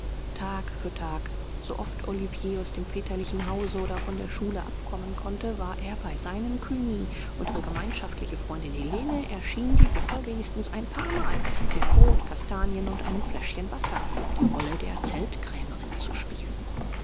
tag für tag so oft olivier aus dem väterlichen hause oder von der schule abkommen konnte war er bei seinem cugny und ihre gemeinschaftliche freundin helene erschien die woche wenigstens ein paarmal mit brot kastanien und einem fläschchen wasser die rolle der zeltkrämerin zu spielen